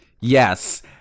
yes